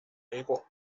水果